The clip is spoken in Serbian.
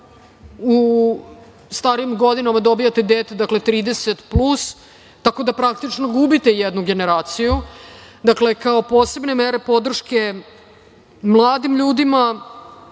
u starijim godinama dobijate dete, dakle 30 plus, tako da praktično gubite jednu generaciju. Dakle, kao posebne mere podrške mladim ljudima